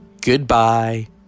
Goodbye